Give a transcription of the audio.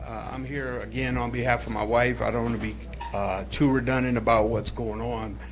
i'm here again on behalf of my wife. i don't wanna be too redundant about what's going on,